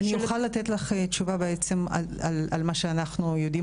אני יכולה לתת לך תשובה על מה שאנחנו יודעים,